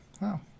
wow